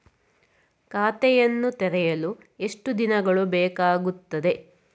ಖಾತೆಯನ್ನು ತೆರೆಯಲು ಎಷ್ಟು ದಿನಗಳು ಬೇಕಾಗುತ್ತದೆ?